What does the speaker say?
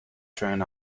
train